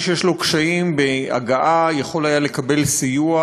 מי שיש לו קשיים בהגעה יכול היה לקבל סיוע